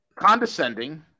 Condescending